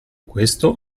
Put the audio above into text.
questo